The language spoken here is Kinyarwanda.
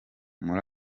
muri